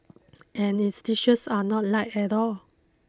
and its dishes are not light at all